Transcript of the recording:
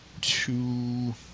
two